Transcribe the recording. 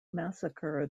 massacre